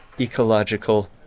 ecological